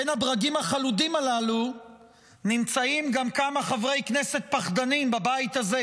בין הברגים החלודים הללו נמצאים גם כמה חברי כנסת פחדנים בבית הזה,